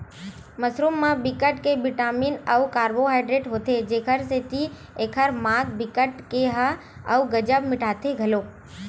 mushroom म बिकट के बिटामिन अउ कारबोहाइडरेट होथे जेखर सेती एखर माग बिकट के ह अउ गजब मिटाथे घलोक